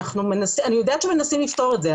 אני יודעת שמנסים לפתור את זה,